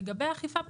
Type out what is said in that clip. לגבי אכיפה פלילית,